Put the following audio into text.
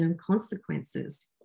consequences